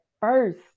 first